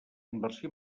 inversió